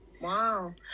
Wow